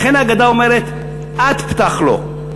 לכן ההגדה אומרת: את פתח לו.